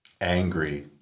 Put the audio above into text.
angry